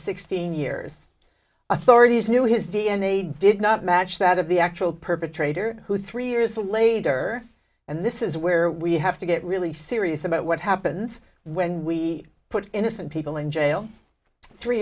sixteen years authorities knew his d n a did not match that of the actual perpetrator who three years later and this is where we have to get really serious about what happens when we put innocent people in jail three